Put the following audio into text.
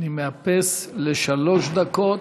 אני מאפס לשלוש דקות.